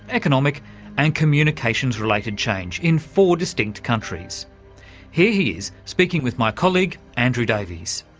economic and communications-related change in four distinct countries. here he is, speaking with my colleague andrew davies.